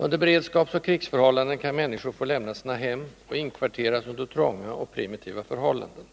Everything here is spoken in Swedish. Under beredskapsoch krigsförhållanden kan människor få lämna sina hem och inkvarteras under trånga och primitiva förhållanden.